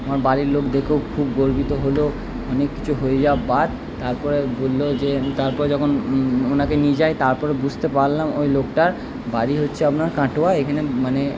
আমার বাড়ির লোক দেখেও খুব গর্বিত হলো অনেক কিছু হয়ে যাওয়ার বাদ তারপরে বলল যে তারপরে যখন ওনাকে নিয়ে যায় তারপরে বুঝতে পারলাম ওই লোকটার বাড়ি হচ্ছে আপনার কাটোয়া এখানে মানে